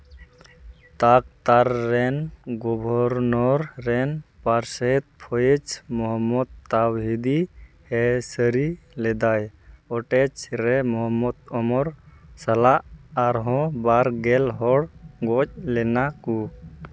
ᱛᱟᱠᱷ ᱛᱟᱨ ᱨᱮᱱ ᱜᱚᱵᱷᱚᱨᱱᱚᱨ ᱨᱮᱱ ᱯᱟᱨᱥᱮᱛ ᱯᱷᱚᱭᱮᱡᱽ ᱢᱚᱦᱚᱢᱢᱚᱫ ᱛᱟᱣ ᱵᱷᱮᱫᱤ ᱦᱮᱸ ᱥᱟᱹᱨᱤ ᱞᱮᱫᱟᱭ ᱯᱷᱳᱴᱮᱡᱽ ᱨᱮ ᱢᱚᱦᱚᱢᱢᱚᱫ ᱳᱢᱚᱨ ᱥᱟᱞᱟᱜ ᱟᱨᱦᱚᱸ ᱵᱟᱨᱜᱮᱞ ᱦᱚᱲ ᱜᱚᱡ ᱞᱮᱱᱟ ᱠᱚ